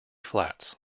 flats